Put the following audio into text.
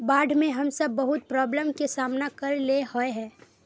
बाढ में हम सब बहुत प्रॉब्लम के सामना करे ले होय है?